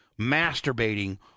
masturbating